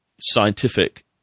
scientific